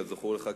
כזכור לך,